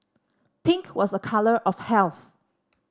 pink was a colour of health